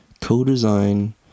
co-design